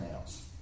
else